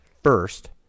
First